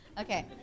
Okay